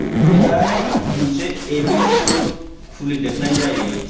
गोदानै मोनसे ME school खुलिदेरनाय जायो